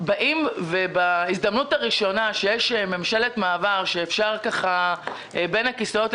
באים ובהזדמנות הראשונה שיש ממשלת מעבר ואפשר לטאטא את זה בין הכיסאות,